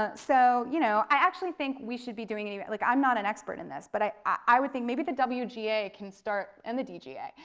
ah so you know i actually think we should be doing it even, like i'm not an expert in this, but i i would think maybe the wga can start, and the dga,